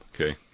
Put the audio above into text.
okay